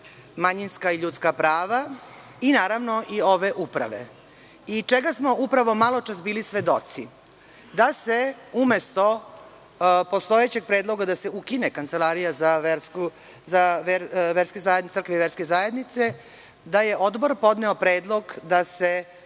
manjinska i ljudska prava i naravno ove uprave. Čega smo maločas bili svedoci? Da se umesto postojećeg predloga da se ukine Kancelarija za crkve i verske zajednice, da je odbor podneo predlog da se